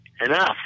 enough